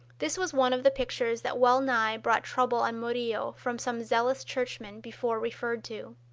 this was one of the pictures that well-nigh brought trouble on murillo from some zealous churchmen before referred to.